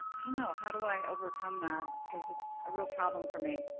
i don't know, how do i overcome that because it's a real problem for me?